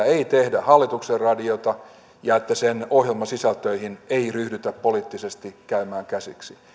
ei tehdä hallituksen radiota ja että sen ohjelmasisältöihin ei ryhdytä poliittisesti käymään käsiksi